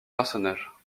personnages